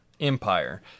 empire